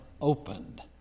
opened